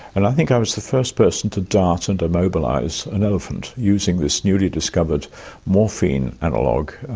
and i think i was the first person to dart and immobilise an elephant using this newly discovered morphine analogue,